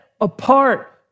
apart